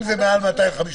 אם זה מעל 250,